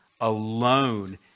alone